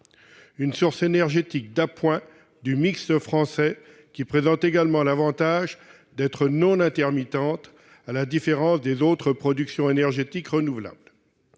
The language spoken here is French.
d'une source énergétique d'appoint du mix français, qui présente également l'avantage d'être non intermittente, à la différence des autres productions énergétiques renouvelables.